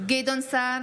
גדעון סער,